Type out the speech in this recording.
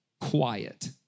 quiet